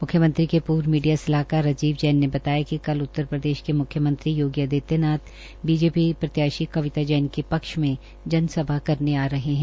म्ख्यमंत्री के पूर्व मीडिया सलाहकार राजीव जैन ने बताया कि कल उत्तरप्रदेश के म्ख्यमंत्री योगी आदित्य नाथ बीजेपी प्रत्याशी कविता जैन के पक्ष में जनसभा करने आ रहे है